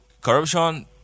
Corruption